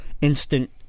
instant